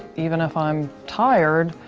even if i'm tired,